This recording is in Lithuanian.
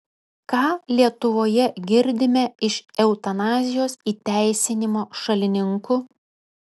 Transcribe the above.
ką lietuvoje girdime iš eutanazijos įteisinimo šalininkų